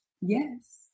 Yes